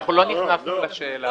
אנחנו לא נכנסנו לשאלה הזאת.